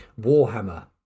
Warhammer